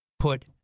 put